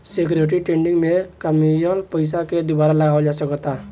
security trading में कामयिल पइसा के दुबारा लगावल जा सकऽता